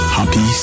Happy